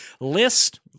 list